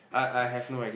I I have no idea